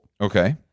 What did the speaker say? Okay